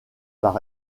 par